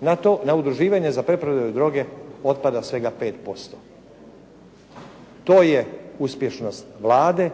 na to, na udruživanje za preprodaju droge otpada svega 5%. To je uspješnost Vlade,